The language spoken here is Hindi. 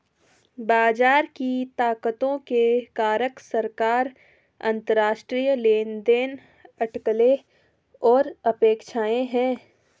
बाजार की ताकतों के कारक सरकार, अंतरराष्ट्रीय लेनदेन, अटकलें और अपेक्षाएं हैं